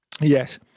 yes